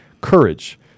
courage